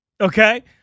Okay